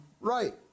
right